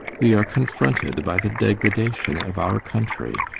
we are confronted by the degradation of our country,